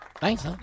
Thanks